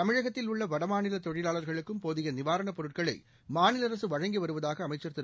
தமிழகத்தில் உள்ளவடமாநிலதொழிலாளர்களுக்கும் போதியநிவாரணப் பொருட்களைமாநிலஅரசுவழங்கிவருவதாகஅமைச்சர் திரு